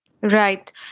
Right